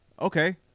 Okay